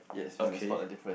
okay